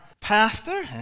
pastor